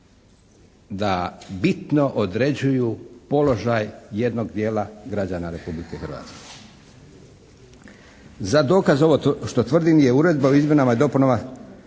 da bitno određuju položaj jednog dijela građana Republike Hrvatske. Za dokaz ovo što tvrdim je uredba u izmjenama i dopunama